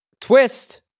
twist